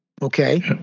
Okay